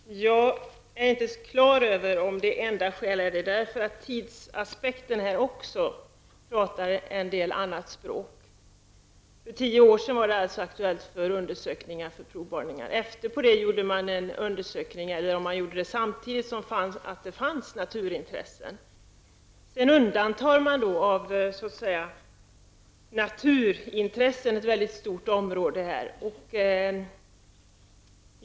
Herr talman! Jag är inte så klar över om det är det enda skälet. Tidsaspekten talar ett annat språk. För tio år sedan var det aktuellt med undersökningar och provborrningar. Samtidigt gjordes undersökningar som visade att det fanns naturvårdsintressen. Sedan undantogs ett stort område som naturvårdsintresse.